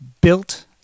built